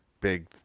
big